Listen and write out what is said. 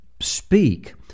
speak